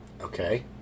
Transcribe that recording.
okay